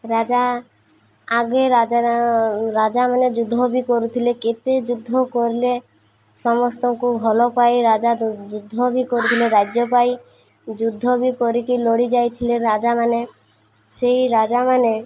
ରାଜା ଆଗେ ରାଜାମାନେ ଯୁଦ୍ଧ ବି କରୁଥିଲେ କେତେ ଯୁଦ୍ଧ କରିଲେ ସମସ୍ତଙ୍କୁ ଭଲ ପାଏ ରାଜା ଯୁଦ୍ଧ ବି କରୁଥିଲେ ରାଜ୍ୟ ପାଇଁ ଯୁଦ୍ଧ ବି କରିକି ଲଡ଼ି ଯାଇଥିଲେ ରାଜାମାନେ ସେଇ ରାଜାମାନେ